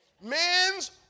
Men's